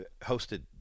hosted